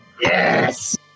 Yes